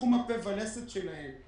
תחום הפה והלסת שלהם,